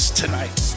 tonight